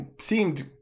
seemed